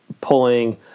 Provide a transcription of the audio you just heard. pulling